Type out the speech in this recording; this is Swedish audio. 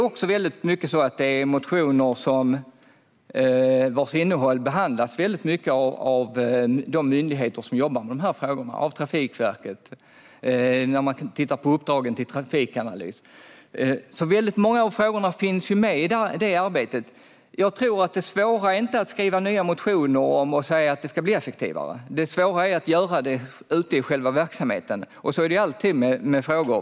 Innehållet i många motioner behandlas också av de myndigheter som jobbar med de här frågorna, till exempel av Trafikverket. Många av frågorna finns med i det arbetet. Det svåra är inte att skriva nya motioner och föreslå att det ska bli effektivare, utan det svåra är att göra det ute i verksamheten. Så är det alltid.